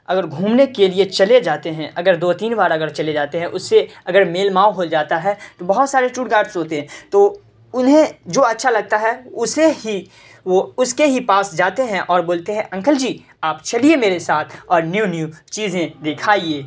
اگر گھومنے کے لیے چلے جاتے ہیں اگر دو تین بار اگر چلے جاتے ہیں اس سے اگر میل مال ہو جاتا ہے تو بہت سارے ٹور گائڈس ہوتے ہیں تو انہیں جو اچھا لگتا ہے اسے ہی وہ اس کے ہی پاس جاتے ہیں اور بولتے ہیں انکل جی آپ چلیے میرے ساتھ اور نیو نیو چیزیں دکھائیے